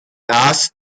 das